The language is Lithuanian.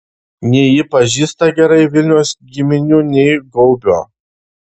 nei ji pažįsta gerai viliaus giminių nei gaubio